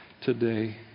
today